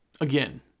again